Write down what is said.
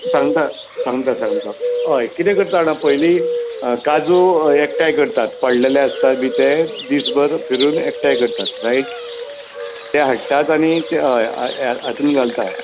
सांगता सांगता सांगता हय कितें करता जाणां पयलीं अं काजू एकठांय करतात पडलेले आसतात बी ते दीसभर फिरून एकठांय करतात रायट ते हाडटात आनी हय हय तें हातूंत घालतात